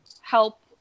help